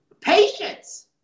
Patience